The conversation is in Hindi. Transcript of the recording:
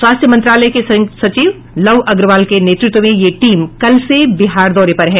स्वास्थ्य मंत्रालय के संयुक्त सचिव लव अग्रवाल के नेतृत्व में यह टीम कल से बिहार दौरे पर है